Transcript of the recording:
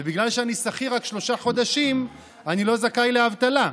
ובגלל שאני שכיר רק שלושה חודשים אני לא זכאי לאבטלה.